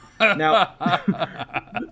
Now